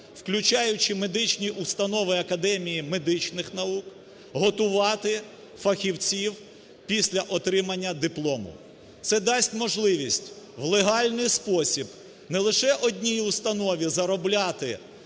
включаючи медичні установи академії медичних наук, готувати фахівців після отримання диплому. Це дасть можливість у легальний спосіб не лише одній установі заробляти